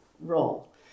role